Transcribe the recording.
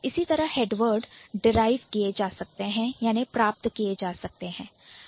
इसी तरह हम हेडवर्ड derive प्राप्त कर सकते हैं